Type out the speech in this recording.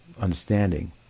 understanding